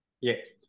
Yes